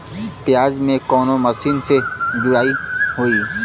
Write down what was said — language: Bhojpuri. प्याज में कवने मशीन से गुड़ाई होई?